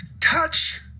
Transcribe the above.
touch